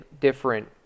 different